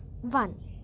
One